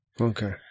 Okay